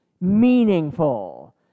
meaningful